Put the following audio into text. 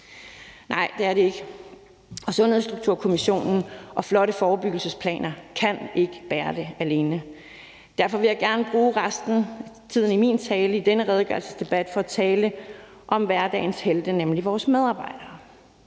Nej, det er det ikke, og Sundhedsstrukturkommissionen og flotte forebyggelsesplaner kan ikke bære det alene. Derfor vil jeg gerne bruge resten af taletiden i min tale i forbindelse med denne redegørelsesdebat på at tale om hverdagens helte, nemlig vores medarbejdere,